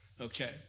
okay